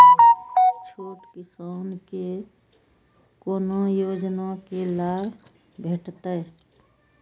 छोट किसान के कोना योजना के लाभ भेटते?